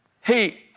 hey